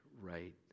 right